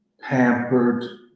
pampered